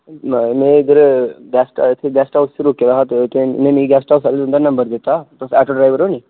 मैं इद्धर bus stand रूके दा हा ते उन्नै मिगी गैस्ट हाउस आह्ले ने मिगी तुंदा नंबर दित्ता तुस आटो डरैवर ओ नी